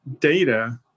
data